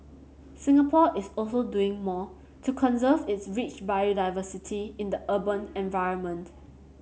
Singapore is also doing more to conserve its rich biodiversity in the urban environment